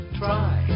try